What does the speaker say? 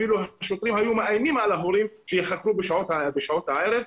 אפילו השוטרים איימו על ההורים שייחקרו בשעות הערב,